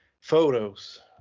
photos